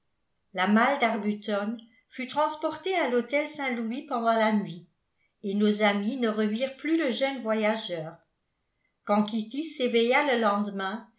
la malle d'arbuton fut transportée à l'hôtel saint-louis pendant la nuit et nos amis ne revirent plus le jeune voyageur quand kitty s'éveilla le lendemain